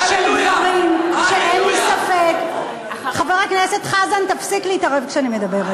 אתם לא תחליטו לנו איך להתנהל.